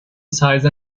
size